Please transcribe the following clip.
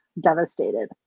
devastated